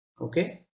okay